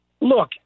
look